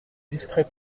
distrait